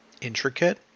intricate